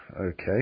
okay